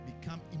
become